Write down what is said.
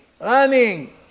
running